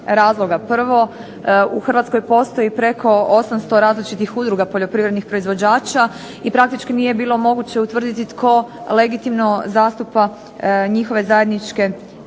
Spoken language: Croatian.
Prvo u Hrvatskoj postoji preko 800 različitih udruga poljoprivrednih proizvođača i praktički nije bilo moguće utvrditi tko legitimno zastupa njihove zajedničke interese.